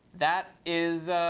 that is,